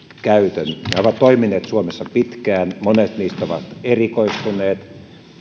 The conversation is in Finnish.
käytön ne ovat toimineet suomessa pitkään monet niistä ovat erikoistuneet